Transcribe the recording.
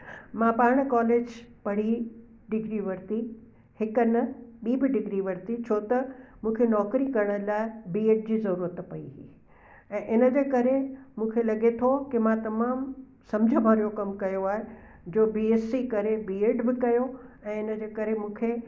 मां पाण कोलेज पढ़ी डिग्री वरिती हिकु न ॿि बि डिग्री वरिती छो त मूंखे नौकरी करण लाइ बी एड जी ज़रूरत पई हुई ऐं इन जे करे मूंखे लॻे थो के मां तमामु समुझ भरियो कमु कयो आहे जो बी एसी करे बी एड बि कयो ऐं इन जे करे मूंखे